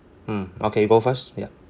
mm okay you go first yeah